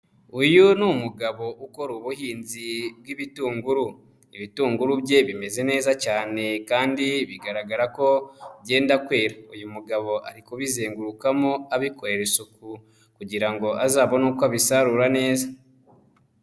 Uyu ni umugabo ukora ubuhinzi bw'ibitunguru, ibitunguru bye bimeze neza cyane kandi bigaragara ko byenda kwera, uyu mugabo ari kubizengurukamo abikorera isuku kugira ngo azabone uko abisarura neza.